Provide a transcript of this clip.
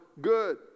good